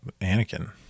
Anakin